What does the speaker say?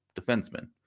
defensemen